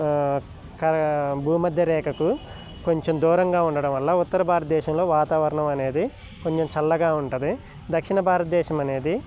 భూమధ్య రేఖకు కొంచెం దూరంగా ఉండడం వల్ల ఉత్తర భారతదేశంలో వాతావరణం అనేది కొంచెం చల్లగా ఉంటుంది దక్షిణ భారతదేశం అనేది